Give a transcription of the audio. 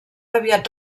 aviat